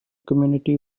community